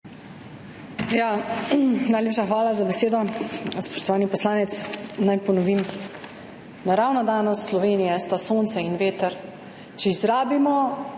Najlepša hvala za besedo. Spoštovani poslanec! Naj ponovim. Naravni danosti Slovenije sta sonce in veter. Če izrabimo